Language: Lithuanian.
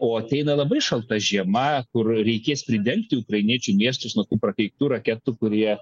o ateina labai šalta žiema kur reikės pridengti ukrainiečių miestus nuo tų prakeiktų raketų kurie